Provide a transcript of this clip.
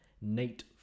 nate